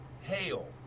hail